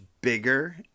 bigger